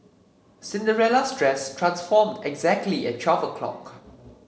Cinderella's dress transformed exactly at twelve o'clock